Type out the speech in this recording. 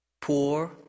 poor